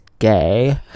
gay